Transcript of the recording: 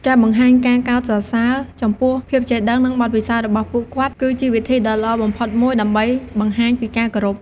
ការបង្ហាញការកោតសរសើរចំពោះភាពចេះដឹង និងបទពិសោធន៍របស់ពួកគាត់ គឺជាវិធីដ៏ល្អបំផុតមួយដើម្បីបង្ហាញពីការគោរព។